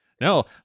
No